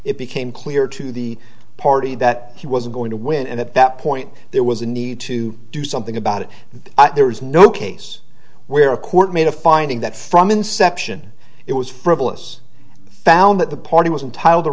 it became clear to the party that he was going to win and at that point there was a need to do something about it there was no case where a court made a finding that from inception it was frivolous found that the party was entitled